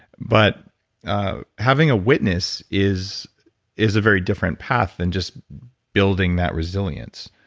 but ah having a witness is is a very different path than just building that resilience.